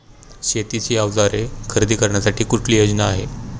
शेतीची अवजारे खरेदी करण्यासाठी कुठली योजना आहे?